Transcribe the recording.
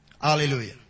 Hallelujah